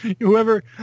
whoever –